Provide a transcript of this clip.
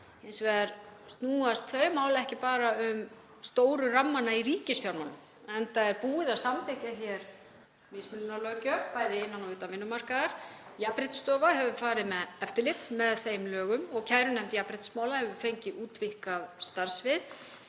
Hins vegar snúast þau mál ekki bara um stóru rammana í ríkisfjármálum, enda er búið að samþykkja hér mismununarlöggjöf, bæði innan og utan vinnumarkaðar. Jafnréttisstofa hefur farið með eftirlit með þeim lögum og kærunefnd jafnréttismála hefur fengið útvíkkað starfssvið.